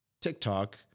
TikTok